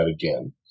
again